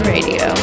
Radio